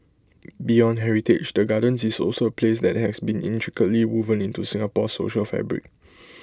beyond heritage the gardens is also A place that has been intricately woven into Singapore's social fabric